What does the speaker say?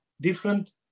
different